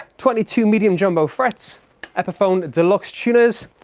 twenty two medium jumbo frets epiphone deluxe tuners.